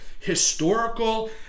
historical